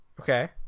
Okay